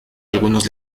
algunos